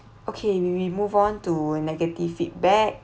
okay we move on to negative feedback